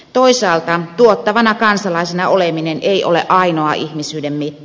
toisaalta tuottavana kansalaisena oleminen ei ole ainoa ihmisyyden mitta